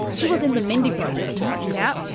he was in the mindy project yep.